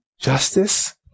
justice